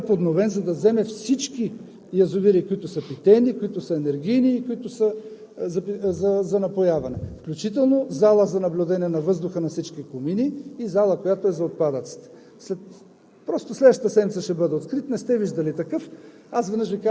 Не само че направихме този център, Вие го видяхте, ами в момента е изцяло подновен, за да вземе всички язовири, които са питейни, енергийни и които са за напояване, включително и зала за наблюдение на въздуха на всички комини, и зала, която е за отпадъците.